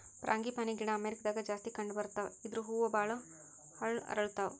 frangipani ಗಿಡ ಅಮೇರಿಕಾದಾಗ್ ಜಾಸ್ತಿ ಕಂಡಬರ್ತಾವ್ ಇದ್ರ್ ಹೂವ ಭಾಳ್ ಹಳ್ಳು ಅರಳತಾವ್